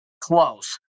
close